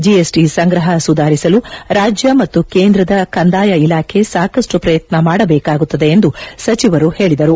GSC ಸಂಗ್ರಹ ಸುಧಾರಿಸಲು ರಾಜ್ಯ ಮತ್ತು ಕೇಂದರದ ಕಂದಾಯ ಇಲಾಖೆ ಸಾಕಷ್ಟು ಪ್ರಯತ್ನ ಮಾಡ ಬೇಕಾಗುತ್ತದೆ ಎಂದು ಸಚಿವರು ಹೇಳಿದರು